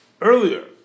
earlier